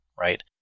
right